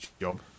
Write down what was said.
job